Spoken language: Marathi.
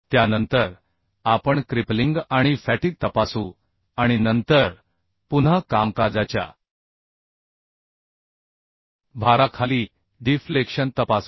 त्यानंतर आपण क्रिपलिंग आणि फॅटिग तपासू आणि नंतर पुन्हा कामकाजाच्या भाराखाली डिफ्लेक्शन तपासू